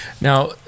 Now